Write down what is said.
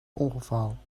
ongeval